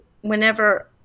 whenever